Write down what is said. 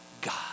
God